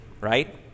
right